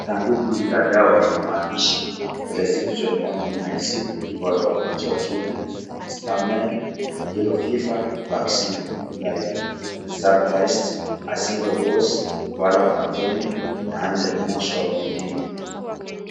Sanduku hili la dawa lenye maandishi PRESCRIPTION ONLY MEDICINE, KEEP OUT OF REACH OF CHILDREN. STAMARIL, YELLOW FEVER VACCINE LIVE STABLIZED single dose val containing 100 mouse LD .